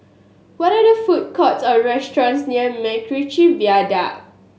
what are there food courts or restaurants near MacRitchie Viaduct